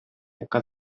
яка